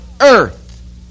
earth